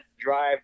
drive